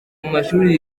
mumashuri